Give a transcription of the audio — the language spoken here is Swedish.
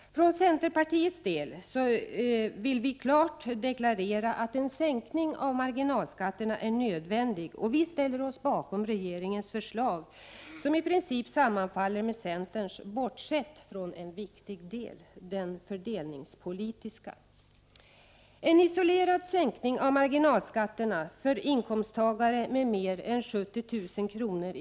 För centerpartiets del vill vi klart deklarera att en sänkning av marginalskatterna är nödvändig, och vi ställer oss bakom regeringens förslag, som i princip sammanfaller med centerns, bortsett från en viktig del, den fördelningspolitiska. En isolerad sänkning av marginalskatterna för inkomsttagare med mer än 70 000 kr.